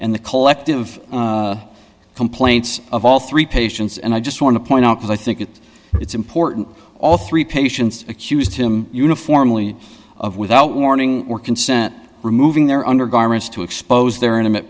and the collective complaints of all three patients and i just want to point out that i think it it's important all three patients accused him uniformly of without warning or consent removing their undergarments to expose their intimate